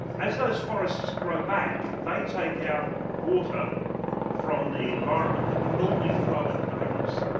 as those forests grow back they take out water from the environment that would normally flow into the rivers,